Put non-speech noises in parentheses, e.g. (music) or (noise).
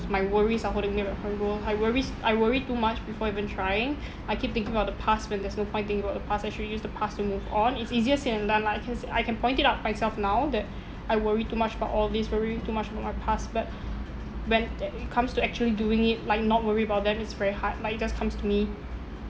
my worries are holding me back from my goal I worries I worry too much before even trying I keep thinking about the past when there's no point thinking about the past actually use the past to move on it's easier said than done lah I can say I can point it out myself now that I worry too much about all these worry too much about my past but when (noise) it comes to actually doing it like not worry about them it's very hard like it just comes to me